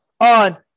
on